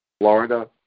Florida